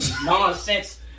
Nonsense